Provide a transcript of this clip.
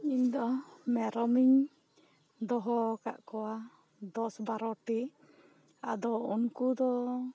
ᱤᱧ ᱫᱚ ᱢᱮᱨᱚᱢ ᱤᱝ ᱫᱚᱦᱚ ᱚᱠᱟᱜ ᱠᱚᱣᱟ ᱫᱚᱥ ᱵᱟᱨᱚᱴᱤ ᱟᱫᱚ ᱩᱱᱠᱩ ᱫᱚ